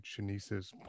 Shanice's